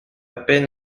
peine